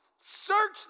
search